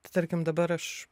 t tarkim dabar aš